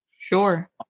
Sure